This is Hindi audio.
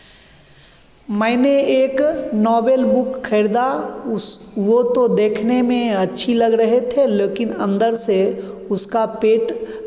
मैंने एक नोबेल बुक खरीदा उस वो तो देखने में अच्छी लग रहे थे लेकिन अंदर से उसका पेट